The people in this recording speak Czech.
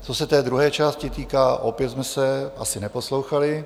Co se té druhé části týká, opět jsme se asi neposlouchali.